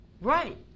Right